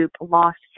lost